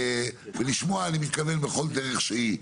ולשמוע אני מתכוון בכל דרך שהיא,